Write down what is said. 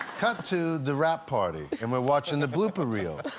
cut to the wrap party and we're watching the blooper reel.